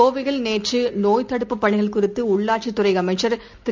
கோவையில் நேற்றுநோய்த் தடுப்புப் பணிகள் குறித்துஉள்ளாட்சித் துறைஅமைச்சர் திரு